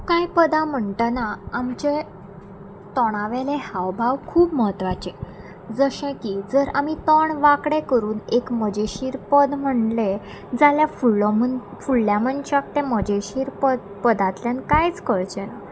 कांय पदां म्हणटना आमचे तोंडा वेलें हावभाव खूब म्हत्वाचें जशें की जर आमी तोंड वांकडें करून एक मजेशीर पद म्हणलें जाल्यार फुडलो फुडल्या मनशाक तें मजेशीर पद पदांतल्यान कांयच कळचें ना